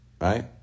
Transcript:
right